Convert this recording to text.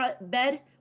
bed